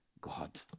god